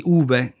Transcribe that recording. uve